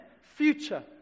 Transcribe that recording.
future